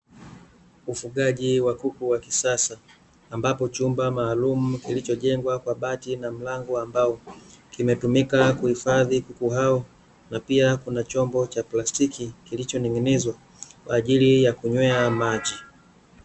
Ufugaji wa kuku wa kisasa ambapo chumba maalum kilichojengwa kwa bahati na mlango ambao kimetumika kuhifadhi kuku hao, na pia kuna chombo cha plastiki kilichotengenezwa kwa ajili ya kunywea maji.